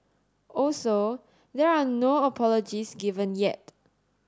also there are no apologies given yet